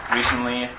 recently